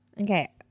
okay